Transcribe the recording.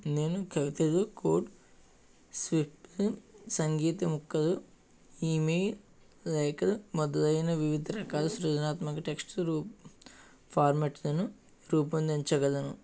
నేను కవితలు కోడ్ సిఫ్టింగ్ సంగీత ముక్కలు ఈమెయిల్ లేక మొదలైన వివిధ రకాల సృజనాత్మక టెక్స్ట్ రు ఫార్మాట్లను రూపొందించగలను